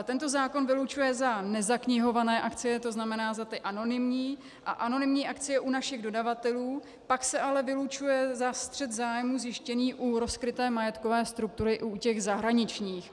Tento zákon vylučuje za nezaknihované akcie, to znamená za ty anonymní, a anonymní akcie u našich dodavatelů, pak se ale vylučuje za střet zájmů zjištěný u rozkryté majetkové struktury i u těch zahraničních.